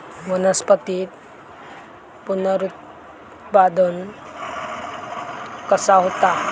वनस्पतीत पुनरुत्पादन कसा होता?